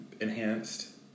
enhanced